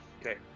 Okay